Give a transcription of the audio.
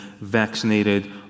vaccinated